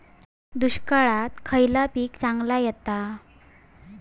दुष्काळात खयला पीक चांगला येता?